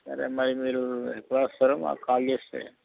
సరే మరి మీరు ఎప్పుడు వస్తారో మాకు కాల్ చేస్తే